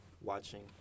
watching